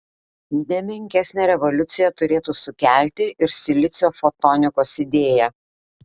ne menkesnę revoliuciją turėtų sukelti ir silicio fotonikos idėja